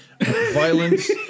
violence